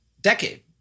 decade